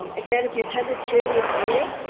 um again, if you attended zoom with a meeting.